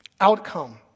outcome